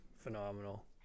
phenomenal